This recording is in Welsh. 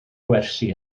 gwersi